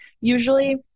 usually